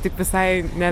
tik visai ne